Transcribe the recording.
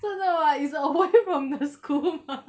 是真的 [what] it's away from the school 吗